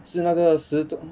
是那个时